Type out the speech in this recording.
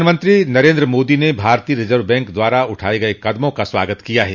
प्रधानमंत्री नरेन्द्र मोदी ने भारतीय रिजर्व बैंक द्वारा उठाए गए कदमों का स्वागत किया है